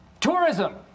Tourism